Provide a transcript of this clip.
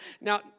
now